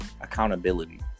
Accountability